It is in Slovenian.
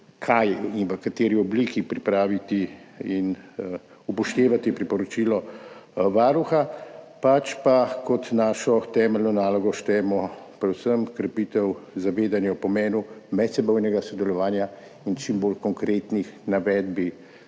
kaj in v kakšni obliki pripraviti in upoštevati priporočilo Varuha, pač pa kot našo temeljno nalogo štejemo predvsem krepitev zavedanja o pomenu medsebojnega sodelovanja in čim bolj konkretni navedbi